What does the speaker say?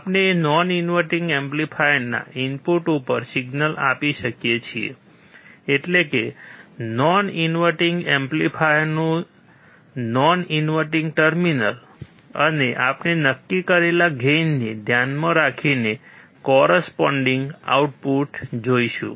આપણે non inverting એમ્પ્લીફાયરના input ઉપર સિગ્નલ આપી શકીયે છીએ એટલે કે નોન ઇન્વર્ટીંગ એમ્પ્લીફાયરનું નોન ઇન્વર્ટીંગ ટર્મિનલ અને આપણે નક્કી કરેલા ગેઇનને ધ્યાનમાં રાખીને કોરસ્પોન્ડિંગ આઉટપુટ જોઈશું